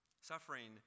Suffering